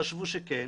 חשבו שכן